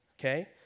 Okay